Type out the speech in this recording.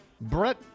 Brett